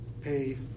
pay